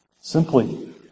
Simply